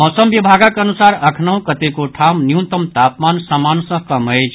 मौसम विभागक अनुसार अखनहुं कतेको ठाम न्यूनतम तापमान सामान्य सँ कम अछि